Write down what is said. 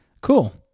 Cool